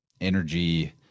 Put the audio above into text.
energy